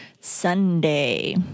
Sunday